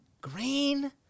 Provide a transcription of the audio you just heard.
Green